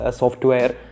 software